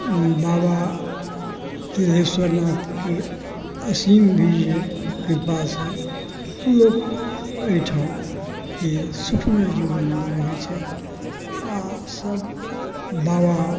बाबा त्रिहेश्वरनाथके असीम भी जे कृपासॅं लोक एहिठाम सुखमय जीवनमे रहै छथि आ सभ बाबा